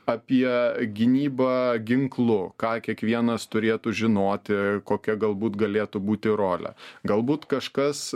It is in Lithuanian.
apie gynybą ginklu ką kiekvienas turėtų žinoti kokia galbūt galėtų būti rolė galbūt kažkas